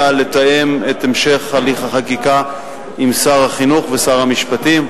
לתאם את המשך הליך החקיקה עם שר החינוך ושר המשפטים.